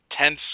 tense